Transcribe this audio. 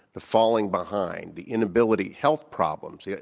the falling behind. the inability health problems. yeah